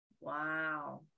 Wow